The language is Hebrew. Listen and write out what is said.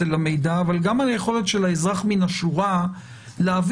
למידע אבל גם היכולת של האזרח מן השורה להבין,